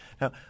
Now